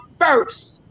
first